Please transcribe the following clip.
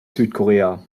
südkorea